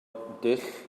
dull